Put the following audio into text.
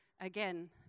again